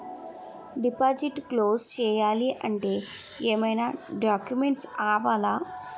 Deposit close చేయాలి అంటే ఏమైనా డాక్యుమెంట్స్ కావాలా?